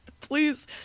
Please